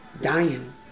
dying